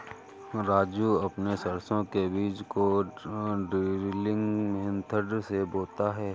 राजू अपने सरसों के बीज को ड्रिलिंग मेथड से बोता है